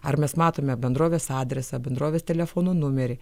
ar mes matome bendrovės adresą bendrovės telefono numerį